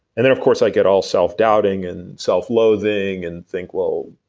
and then of course i get all self doubting and self loathing and think well,